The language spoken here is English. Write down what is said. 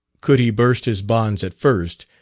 could he burst his bonds at first,